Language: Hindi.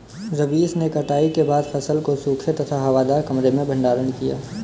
रवीश ने कटाई के बाद फसल को सूखे तथा हवादार कमरे में भंडारण किया